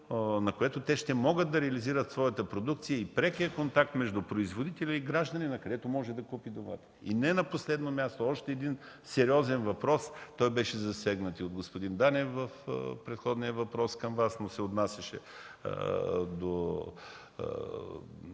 на което те ще могат да реализират своята продукция и прекия контакт между производителя и гражданина, където може да купи домати? И не на последно място, още един сериозен въпрос. Той беше засегнат и от господин Данев в предходния въпрос към Вас, но се отнасяше до